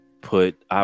put